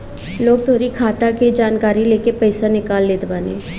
लोग तोहरी खाता के जानकारी लेके पईसा निकाल लेत बाने